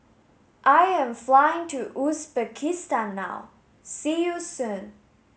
I am flying to Uzbekistan now see you soon